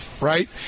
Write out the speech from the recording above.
Right